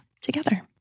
together